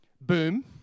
Boom